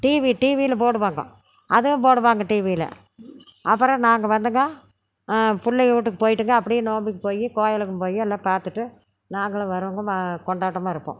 TV டிவியில் போடுவாங்க அதையும் போடுவாங்க டிவியில் அப்புறம் நாங்கள் வந்துங்க பிள்ளைக வீட்டுக் போயிவிட்டுங்க அப்படியே நோம்புக்கு போய் கோயிலுக்கும் போய் எல்லாம் பார்த்துட்டு நாங்களும் வருவோங்க மா கொண்டாட்டமாக இருப்போம்